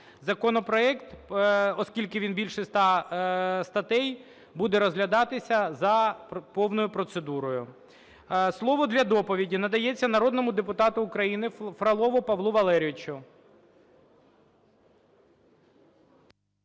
Законопроект, оскільки він більше 100 статей, буде розглядатися за повною процедурою. Слово для доповіді надається народному депутату України Фролову Павлу Валерійовичу.